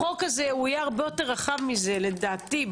החוק הזה יהיה הרבה יותר רחב מזה בסוף.